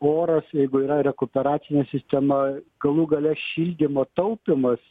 oras jeigu yra rekuperacinė sistema galų gale šildymo taupymas